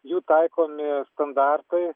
jų taikomi standartai